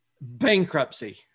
bankruptcy